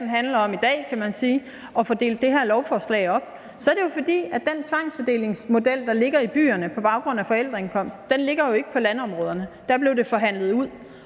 dag handler om, kan man sige – så er det jo, fordi den tvangsfordelingsmodel, der ligger i byerne på baggrund af forældreindkomst, ikke ligger på landområderne. Der blev det forhandlet ud.